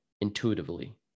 intuitively